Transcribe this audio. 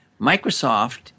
Microsoft